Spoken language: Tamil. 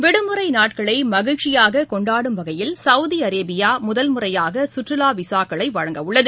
விடுமுறை நாட்களை மகிழ்ச்சியாக கொண்டாடும் வகையில் சவுதி அரேபியா முதன் முறையாக சுற்றுலா விசாக்களை வழங்க உள்ளது